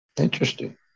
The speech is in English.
Interesting